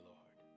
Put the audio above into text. Lord